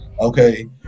Okay